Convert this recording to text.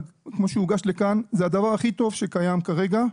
כמו שהוגש לכאן, זה הדבר הכי טוב שקיים כרגע.